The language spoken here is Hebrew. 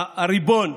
הריבון,